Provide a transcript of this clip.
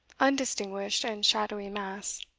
undistinguished, and shadowy mass.